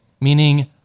meaning